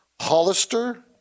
Hollister